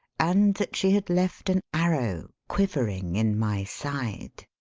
and that she had left an arrow quivering in my side.